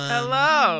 Hello